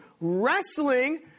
wrestling